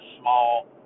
small